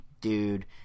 dude